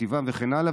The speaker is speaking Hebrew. את טיבם וכן הלאה,